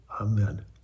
Amen